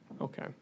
okay